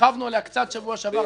שהרחבנו עליה קצת בשבוע שעבר,